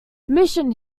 mission